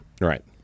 right